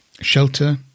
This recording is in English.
Shelter